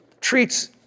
treats